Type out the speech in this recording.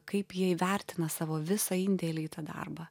kaip jie įvertina savo visą indėlį į tą darbą